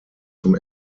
zum